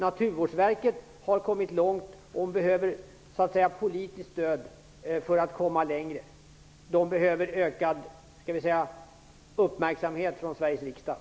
Naturvårdsverket har kommit långt på detta område och behöver politiskt stöd för att komma längre. De behöver ökad uppmärksamhet från Sveriges riksdag.